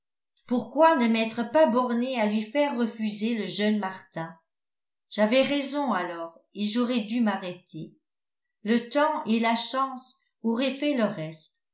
pourquoi ne m'être pas bornée à lui faire refuser le jeune martin j'avais raison alors et j'aurais dû m'arrêter le temps et la chance aurait fait le reste